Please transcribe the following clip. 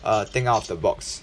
uh think out of the box